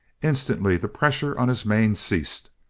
instantly the pressure on his mane ceased.